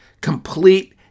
complete